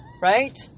right